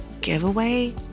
giveaway